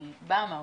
אני באה מהעוטף,